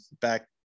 back